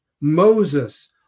Moses